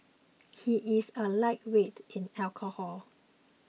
he is a lightweight in alcohol